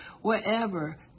wherever